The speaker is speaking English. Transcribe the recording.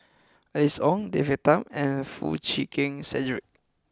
Alice Ong David Tham and Foo Chee Keng Cedric